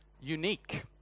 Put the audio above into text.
unique